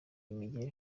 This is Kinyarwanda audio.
imigeri